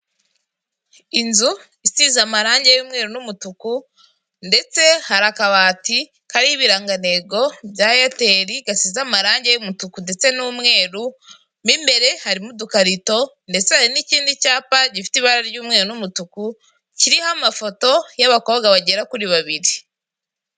Inzu isize amarangi y'mweru n'umutuku ndetse hari akabati kari ibirangantego bya eyateri gasize amarangi y'umutuku ndetse n'umweru mi imbere harimo udukarito ndetse hari n'ikindi cyapa gifite ibara ry'umweru n'umutuku kiriho amafoto y'abakobwa bagera kuri babiri.